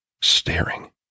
staring